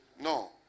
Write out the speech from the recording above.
No